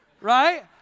right